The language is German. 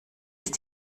ist